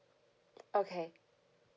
okay